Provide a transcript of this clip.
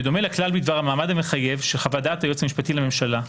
בדומה לכלל בדבר המעמד המחייב של חוות-דעת היועץ המשפטי לממשלה,